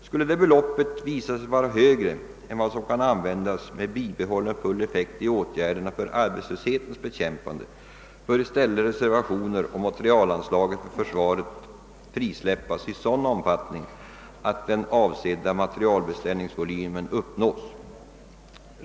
Skulle detta belopp visa sig vara högre än vad som kan användas med bibehållen full effekt när det gäller åtgärder för arbetslöshetens bekämpande, bör i stället reservationer å materielanslagen för försvaret frisläppas i sådan omfattning att den avsedda materielbeställningsvolymen uppnås.